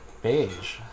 Beige